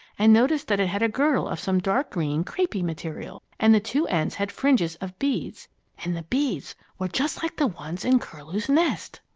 and noticed that it had a girdle of some dark green, crepe-y material, and the two ends had fringes of beads and the beads were just like the ones in curlew's nest!